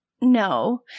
no